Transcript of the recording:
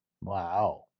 Wow